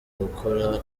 gukora